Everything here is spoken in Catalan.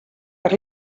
per